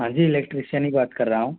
हाँ जी इलेक्ट्रीशियन ही बात कर रहा हूँ